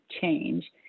change